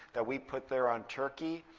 that we put there on turkey,